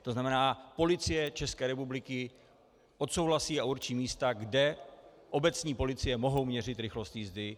To znamená, Policie České republiky odsouhlasí a určí místa, kde obecní policie mohou měřit rychlost jízdy.